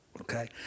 Okay